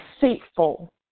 deceitful